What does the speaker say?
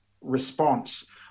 response